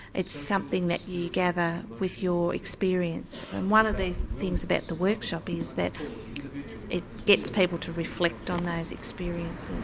it's something that you gather with your experience. and one of the things about the workshop is that it gets people to reflect on those experiences.